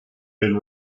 been